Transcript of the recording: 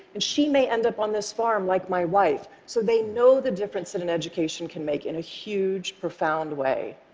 and she may end up on this farm like my wife. so they know the difference that an education can make in a huge, profound way.